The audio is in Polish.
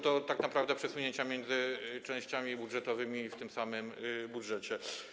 Tak naprawdę są to przesunięcia między częściami budżetowymi w tym samym budżecie.